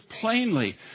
plainly